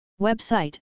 Website